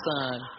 son